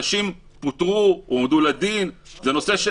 אנשים פוטרו והועמדו לדין על זה.